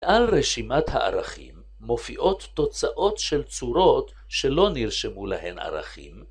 על רשימת הערכים מופיעות תוצאות של צורות שלא נרשמו להן ערכים.